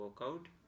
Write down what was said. workout